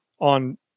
On